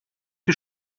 die